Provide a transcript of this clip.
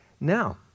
Now